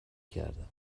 کردم